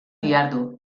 dihardu